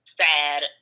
sad